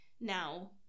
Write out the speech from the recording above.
now